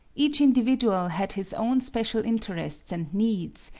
each individual had his own special interests and needs,